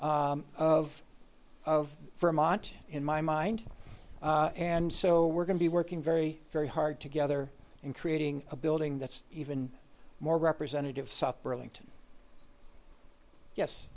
reflection of of vermont in my mind and so we're going to be working very very hard together in creating a building that's even more representative south burlington yes